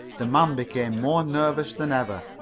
the man became more nervous than ever.